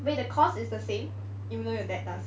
wait the cost is the same even though your dad does it